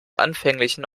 anfänglichen